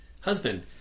husband